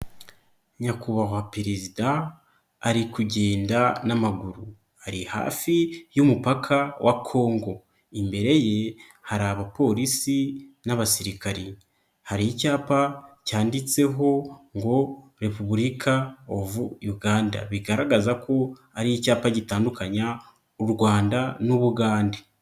Nyakubahwa perezida ari kugenda n'amaguru. Ari hafi y'umupaka wa kongo. Imbere ye hari abapolisi n'abasirikari. Hari icyapa cyanditseho ngo ''repubulic of Uganda'' bigaragaza ko ari icyapa gitandukanya u Rwanda n' Ubugande.